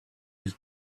his